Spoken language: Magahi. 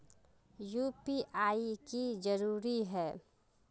यु.पी.आई की जरूरी है?